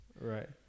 Right